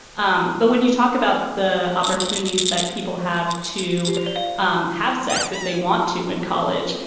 um but when you talk about the opportunities that people have to um have sex if they want to in college,